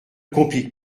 complique